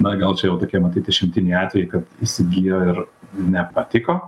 na gal čia jau tokie matyt išimtiniai atvejai kad įsigijo ir nepatiko